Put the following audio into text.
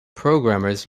programmers